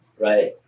right